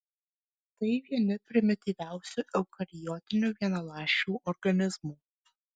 tai vieni primityviausių eukariotinių vienaląsčių organizmų